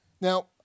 Now